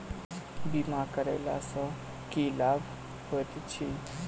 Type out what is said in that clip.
बीमा करैला सअ की लाभ होइत छी?